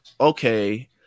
okay